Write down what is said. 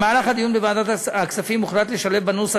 בדיון בוועדת הכספים הוחלט לשלב בנוסח